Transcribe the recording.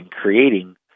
creating